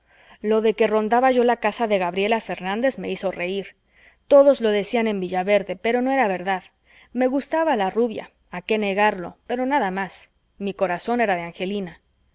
lo de que rondaba yo la casa de gabriela fernández me hizo reir todos lo decían en villaverde pero no era verdad me gustaba la rubia a qué negarlo pero nada más mi corazón era de angelina